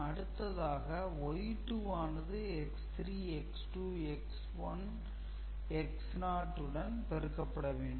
அடுத்ததாக Y2 ஆனது X3 X2 X1 X0 உடன் பெருக்கப்பட வேண்டும்